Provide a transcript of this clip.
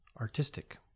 artistic